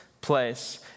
place